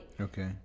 Okay